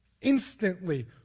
instantly